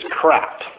crap